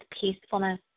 peacefulness